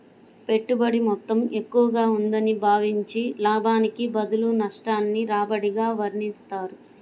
పెట్టుబడి మొత్తం ఎక్కువగా ఉందని భావించి, లాభానికి బదులు నష్టాన్ని రాబడిగా వర్ణిస్తారు